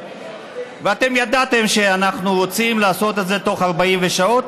ואתם ידעתם שאנחנו רוצים לעשות את זה תוך 48 שעות,